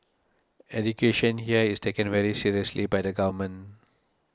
education here is taken very seriously by the government